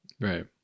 Right